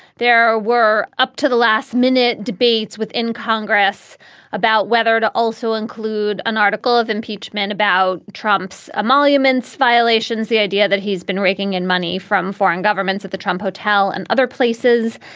there ah were up to the last minute debates within congress about whether to also include an article of impeachment about trump's emoluments violations, the idea that he's been raking in money from foreign governments at the trump hotel and other places.